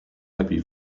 happy